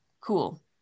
Cool